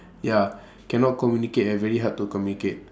ya cannot communicate ah very hard to communicate